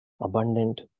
abundant